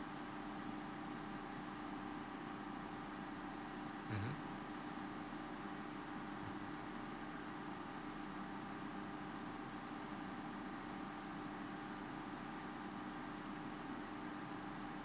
mmhmm